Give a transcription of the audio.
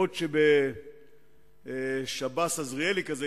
בעוד שבשב"ס עזריאלי כזה,